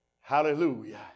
Hallelujah